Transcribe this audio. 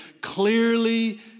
Clearly